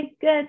good